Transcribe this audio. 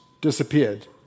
disappeared